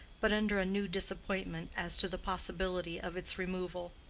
but under a new disappointment as to the possibility of its removal.